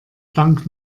dank